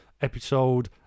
episode